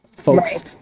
folks